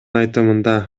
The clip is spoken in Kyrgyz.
айтымында